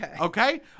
Okay